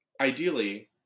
ideally